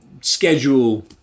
schedule